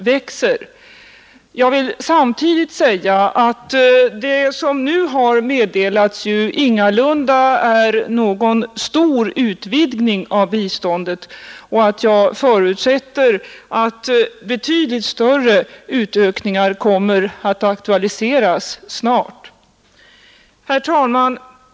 Samtidigt vill jag säga att det som nu har meddelats ingalunda innebär någon stor utvidgning av biståndet. Jag förutsätter att betydligt större utökningar kommer att aktualiseras snart. Herr talman!